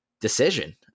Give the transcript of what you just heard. decision